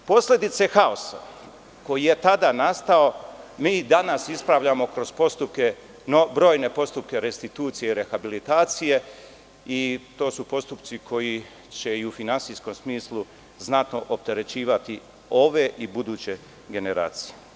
Posledice haosa koji je tada nastao mi i danas ispravljamo kroz brojne postupke restitucije, rehabilitacije i to su postupci koji će i u finansijskom smislu znatno opterećivati ove i buduće generacije.